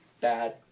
bad